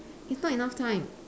it's not enough time